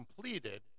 completed